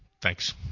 Thanks